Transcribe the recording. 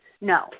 No